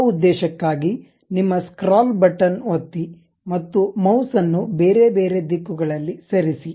ಆ ಉದ್ದೇಶಕ್ಕಾಗಿ ನಿಮ್ಮ ಸ್ಕ್ರಾಲ್ ಬಟನ್ ಒತ್ತಿ ಮತ್ತು ಮೌಸ್ ಅನ್ನು ಬೇರೆ ಬೇರೆ ದಿಕ್ಕುಗಳಲ್ಲಿ ಸರಿಸಿ